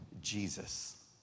Jesus